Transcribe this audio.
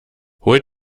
holt